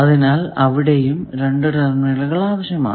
അതിനാൽ അവിടെയും രണ്ടു ടെർമിനലുകൾ ആവശ്യമാണ്